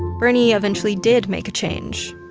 bernie eventually did make a change.